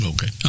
Okay